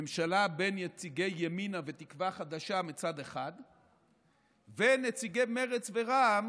ממשלה בין נציגי ימינה ותקווה חדשה מצד אחד ונציגי מרצ ורע"מ